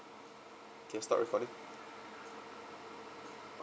can stop recording